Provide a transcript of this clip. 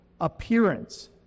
appearance